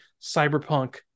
cyberpunk